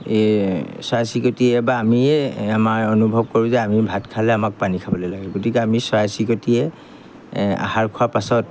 এই চৰাই চিৰিকটিয়ে বা আমিয়ে আমাৰ অনুভৱ কৰোঁ যে আমি ভাত খালে আমাক পানী খাবলৈ লাগে গতিকে আমি চৰাই চিৰিকটিয়ে আহাৰ খোৱাৰ পাছত